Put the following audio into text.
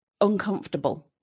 uncomfortable